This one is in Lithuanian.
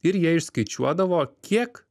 ir jie išskaičiuodavo kiek